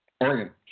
Oregon